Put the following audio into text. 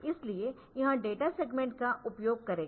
इसलिए यह data segment का उपयोग करेगा